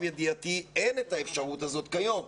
ידיעתי אין את האפשרות הזאת כיום.